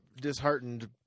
disheartened